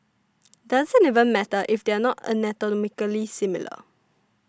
doesn't even matter if they're not anatomically similar